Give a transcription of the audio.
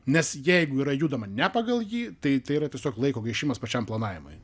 nes jeigu yra judama ne pagal jį tai tai yra tiesiog laiko gaišimas pačiam planavimui